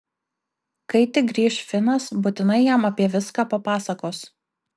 kai tik grįš finas būtinai jam apie viską papasakos